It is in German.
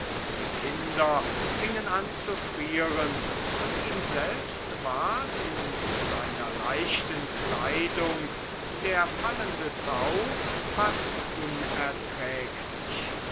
die kinder fingen an zu frieren und ihm selbst ward in seiner leichten kleidung der fallende tau fast unerträglich